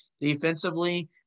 Defensively